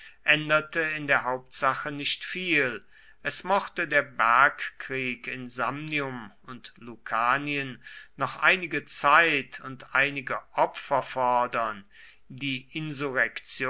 änderte in der hauptsache nicht viel es mochte der bergkrieg in samnium und lucanien noch einige zeit und einige opfer fordern die